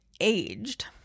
aged